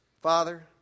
Father